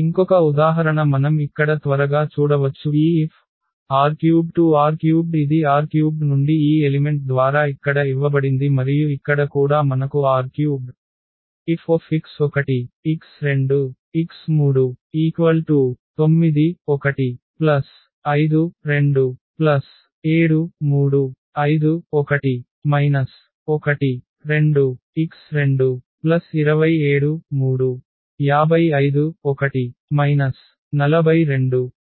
ఇంకొక ఉదాహరణ మనం ఇక్కడ త్వరగా చూడవచ్చు ఈ FR3R3 ఇది R³ నుండి ఈ ఎలిమెంట్ ద్వారా ఇక్కడ ఇవ్వబడింది మరియు ఇక్కడ కూడా మనకు R³ Fx1x2x39x15x27x35x1 12x227x355x1